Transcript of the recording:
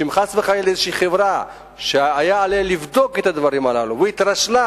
שאם חס וחלילה איזו חברה שהיה עליה לבדוק את הדברים הללו התרשלה